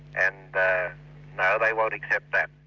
and no, they won't accept that.